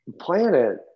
planet